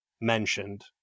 mentioned